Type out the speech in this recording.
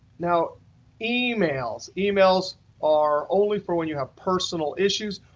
now emails emails are only for when you have personal issues,